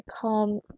come